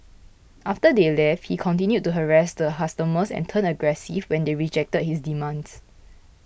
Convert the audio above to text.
after they left he continued to harass the customers and turned aggressive when they rejected his demands